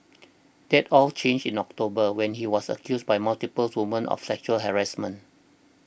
that all changed in October when he was accused by multiple women of sexual harassment